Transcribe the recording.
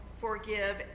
forgive